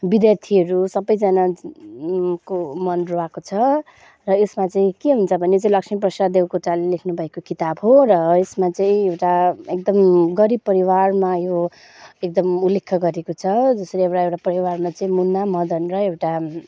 विद्यार्थीहरू सबैजना को मन रुवाएको छ र यसमा चाहिँ के हुन्छ भने चाहिँ लक्ष्मीप्रसाद देवकोटाले लेख्नुभएको किताब हो र यसमा चाहिँ एउटा एकदम गरिब परिवारमा यो एकदम उल्लेख्य गरेको छ जसरी एउटा एउटा परिवारमा चाहिँ मुना मदन र एउटा